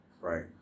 Right